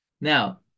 Now